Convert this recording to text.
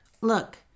look